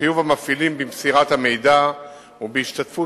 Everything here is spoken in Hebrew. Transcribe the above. חיוב המפעילים במסירת המידע ובהשתתפות